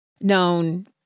known